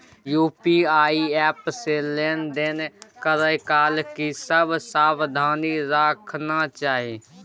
UPI app से लेन देन करै काल की सब सावधानी राखना चाही?